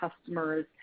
customers